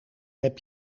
heb